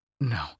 No